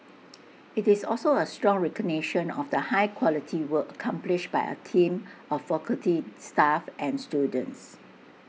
IT is also A strong recognition of the high quality work accomplished by our team of faculty staff and students